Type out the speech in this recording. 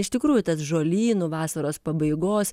iš tikrųjų tas žolynų vasaros pabaigos